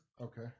Okay